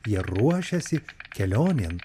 jie ruošiasi kelionėn